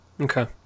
Okay